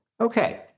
Okay